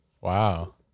Wow